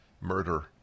murder